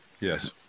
Yes